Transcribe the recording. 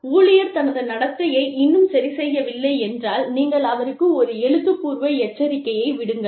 ஊழியர் தனது நடத்தையை இன்னும் சரிசெய்யவில்லை என்றால் நீங்கள் அவருக்கு ஒரு எழுத்துப்பூர்வ எச்சரிக்கையை விடுங்கள்